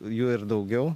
jų ir daugiau